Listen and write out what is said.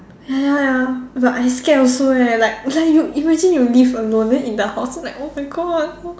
ya ya ya but I scared also eh like like you imagine you live alone then in the house like oh my God